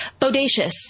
bodacious